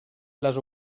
les